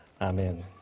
Amen